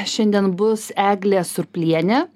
šiandien bus eglė surplienė